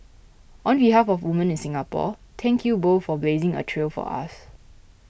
on behalf of woman in Singapore thank you both for blazing a trail for us